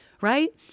right